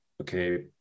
Okay